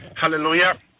hallelujah